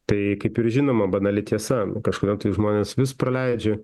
tai kaip ir žinoma banali tiesa kažkodėl tai žmonės vis praleidžia